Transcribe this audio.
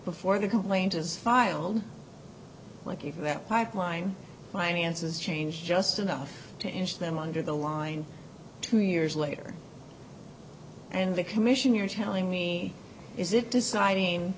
before the complaint is filed like you for that pipeline finances change just enough to interest them under the line two years later and the commission you're telling me is it deciding